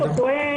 טוב.